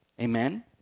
Amen